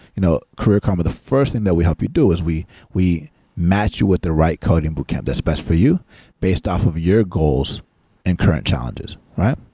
you know career karma, the first thing that we help you do is we we match you with the right coding boot camp that's best for you based off of your goals and current challenges, right?